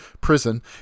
Prison